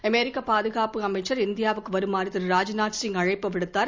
அமெரிக்க பாதுகாப்பு அமைச்சர் இந்தியாவுக்கு வருமாறு திரு ராஜநாத் சிங் அழைப்பு விடுத்தார்